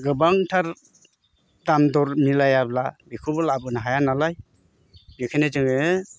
गोबांथार दाम दर मेलायाब्ला बेखौबो लाबोनो हाया नालाय बेखायनो जोङो